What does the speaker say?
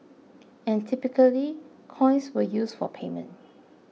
and typically coins were used for payment